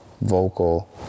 vocal